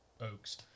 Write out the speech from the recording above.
oaks